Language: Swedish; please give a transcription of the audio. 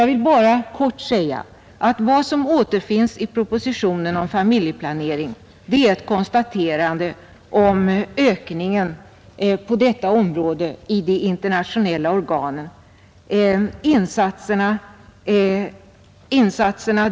Vad som återfinns i propositionen om familjeplanering är ett konstaterande av den ökning av insatserna på detta område som skett från de internationella organisationerna.